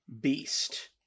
beast